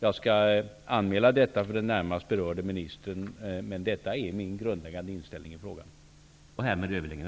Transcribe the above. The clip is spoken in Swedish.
Jag skall anmäla detta till den närmast berörde ministern. Men detta är min grundläggande inställning i frågan.